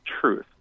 truth